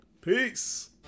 Peace